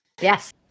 Yes